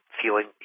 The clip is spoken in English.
feeling